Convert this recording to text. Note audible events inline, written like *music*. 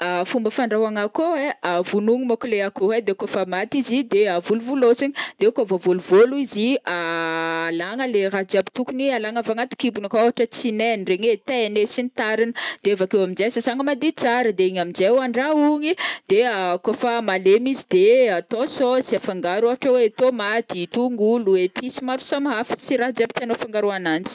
*hesitation* Fomba fandrahoagna akôho ai, vognono monko le akôho ai, de kô fa maty izy de volovolôsigny, de kô voavolovôlo izy *hesitation* alagna le raha jiaby tokony alagna avy agnaty kibony akao ôhatra oe tsinaigny regny ee, tainy ee sy ny tarigny, de avakeo amnjai sasagna madio tsara de igny aminjai hoandrahogny de *hesitation* kô fa malemy izy de atao sosy afangaro ôhatra oe tômaty, tongolo épices maro samihafa sy ra jiaby tianô afangaro ananji.